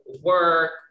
work